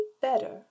better